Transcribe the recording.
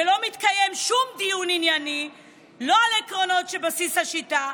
ולא מתקיים שום דיון ענייני לא על העקרונות של בסיס השיטה,